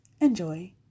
Enjoy